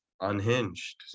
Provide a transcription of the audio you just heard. unhinged